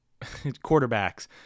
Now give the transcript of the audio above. quarterbacks